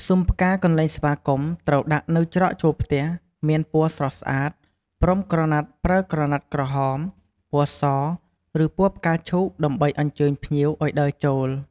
ស៊ុមផ្កាកន្លែងស្វាគមន៍ត្រូវដាក់នៅច្រកចូលផ្ទះ មានពណ៌ស្រស់ស្អាត ព្រំក្រណាត់ប្រើក្រណាត់ក្រហម ពណ៌ស ឬពណ៌ផ្កាឈូក ដើម្បីអញ្ជើញភ្ញៀវឲ្យដើរចូល។